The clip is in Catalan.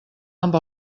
amb